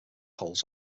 holes